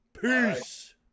Peace